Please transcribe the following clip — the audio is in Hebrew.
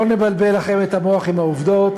לא נבלבל לכם את המוח עם העובדות.